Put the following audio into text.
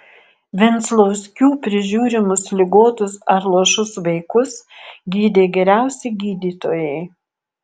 venclauskių prižiūrimus ligotus ar luošus vaikus gydė geriausi gydytojai